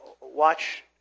watch